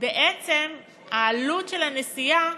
בעצם העלות של הנסיעה